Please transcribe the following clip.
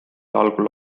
algul